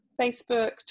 Facebook